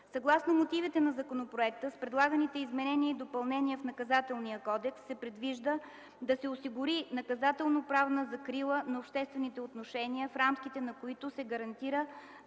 Съгласно мотивите на законопроекта с предлаганите изменения и допълнения в Наказателния кодекс се предвижда да се осигури наказателно-правна закрила на обществените отношения, в рамките на които се гарантира